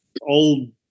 old